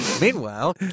Meanwhile